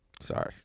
sorry